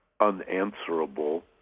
unanswerable